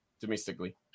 domestically